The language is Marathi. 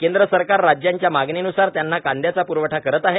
केंद्र सरकार राज्यांच्या मागणीन्सार त्यांना कांद्याचा प्रवठा करत आहे